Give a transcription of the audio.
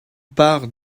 part